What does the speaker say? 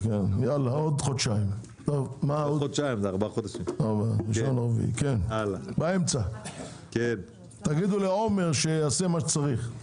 1.4. תגידו לעומר שיעשה מה שצריך.